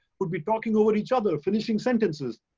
would be talking over each other, finishing sentences.